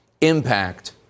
impact